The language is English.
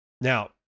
Now